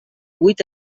vuit